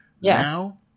now